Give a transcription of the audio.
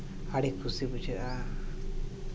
ᱟᱹᱰᱤ ᱠᱩᱥᱤ ᱵᱩᱡᱷᱟᱹᱜᱼᱟ